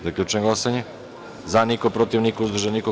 Zaključujem glasanje: za – niko, protiv – niko, uzdržanih – nema.